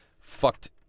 fucked